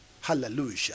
hallelujah